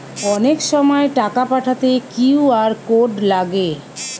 অনেক সময় টাকা পাঠাতে কিউ.আর কোড লাগে